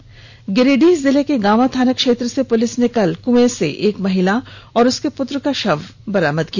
इधर गिरिडीह जिले के गांवा थाना क्षेत्र से पुलिस ने कल कुएं से एक महिला और उसके पुत्र का शव बरामद किया